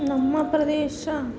ನಮ್ಮ ಪ್ರದೇಶ